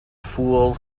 fool